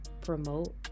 promote